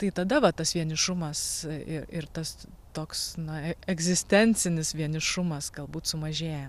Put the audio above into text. tai tada va tas vienišumas ir ir tas toks na egzistencinis vienišumas galbūt sumažėja